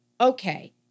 okay